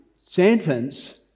sentence